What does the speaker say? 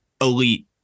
elite